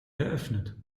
eröffnet